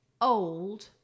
old